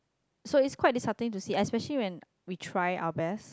so it's quite did something to see especially when we try our best